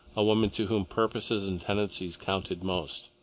a woman to whom purposes and tendencies counted most.